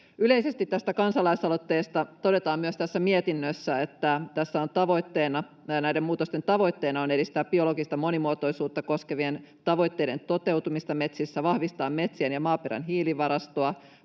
Yleisesti tästä kansalaisaloitteesta todetaan myös tässä mietinnössä, että näiden muutosten tavoitteena on edistää biologista monimuotoisuutta koskevien tavoitteiden toteutumista metsissä, vahvistaa metsien ja maaperän hiilivarastoa,